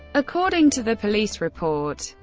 according to the police report,